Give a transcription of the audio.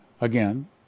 Again